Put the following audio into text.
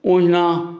ओहिना